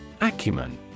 Acumen